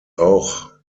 auch